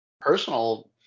personal